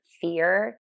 fear